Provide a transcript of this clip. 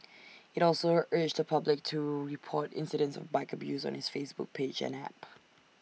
IT also urged the public to report incidents of bike abuse on its Facebook page and app